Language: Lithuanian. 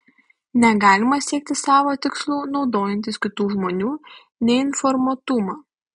negalima siekti savo tikslų naudojantis kitų žmonių neinformuotumu